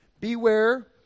Beware